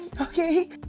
okay